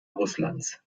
russlands